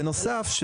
בנוסף,